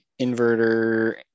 inverter